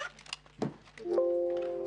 הישיבה נעולה.